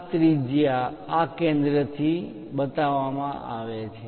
આ ત્રિજ્યા આ કેન્દ્ર થી બનાવવામાં આવે છે